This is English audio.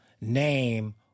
name